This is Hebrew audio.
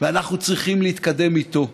ואנחנו צריכים להתקדם איתו.